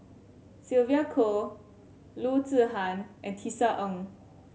Sylvia Kho Loo Zihan and Tisa Ng